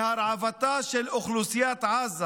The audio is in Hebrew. שהרעבתה של אוכלוסיית עזה,